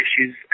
issues